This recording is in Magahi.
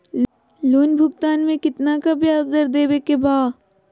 लोन भुगतान में कितना का ब्याज दर देवें के बा?